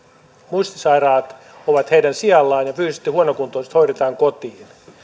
muistisairaat ovat heidän sijallaan ja fyysisesti huonokuntoiset hoidetaan kotiin